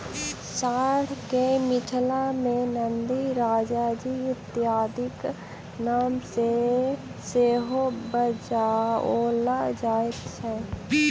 साँढ़ के मिथिला मे नंदी, राजाजी इत्यादिक नाम सॅ सेहो बजाओल जाइत छै